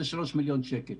זה 3 מיליון שקלים.